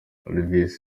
olivis